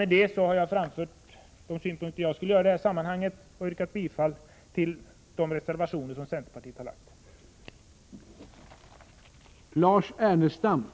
Med detta har jag framfört mina synpunkter och yrkat bifall till de reservationer som centerpartiet har framlagt.